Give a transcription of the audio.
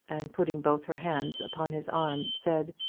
and putting both her hands upon his arm said,